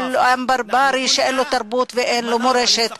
עם ברברי שאין לו תרבות ואין לו מורשת.